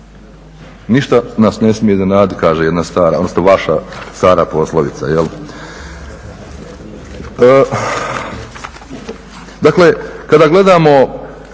ništa nas ne smije iznenaditi kaže jedna stara, odnosno vaša stara poslovica. Dakle, kada gledamo